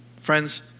Friends